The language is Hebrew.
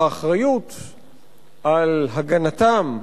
והאחריות להגנתם,